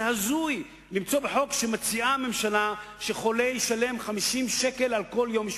זה הזוי למצוא בחוק שהממשלה מציעה שחולה ישלם 50 שקל על כל יום אשפוז,